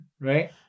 right